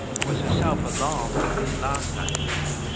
who was herself alarmed at this last accident,